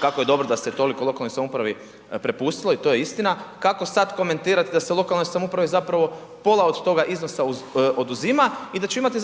kako je dobro da ste toliko lokalnoj samoupravi prepustili, to je istina. Kako sada komentirati da se lokalnoj samoupravi zapravo pola od tog iznosa oduzima i da će imati